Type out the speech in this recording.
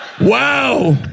wow